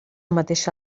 mateixa